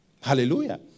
Hallelujah